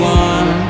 one